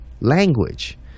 language